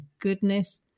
goodness